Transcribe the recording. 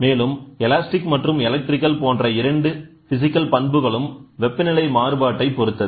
மேலும் எலாஸ்டிக் மற்றும் எலக்ட்ரிக்கல் போன்ற இரண்டு பிசிகல் பண்புகளும் வெப்பநிலை மாறுபாட்டை பொருத்தது